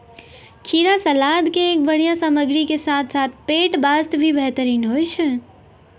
खीरा सलाद के एक बढ़िया सामग्री के साथॅ साथॅ पेट बास्तॅ भी बेहतरीन होय छै